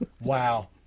Wow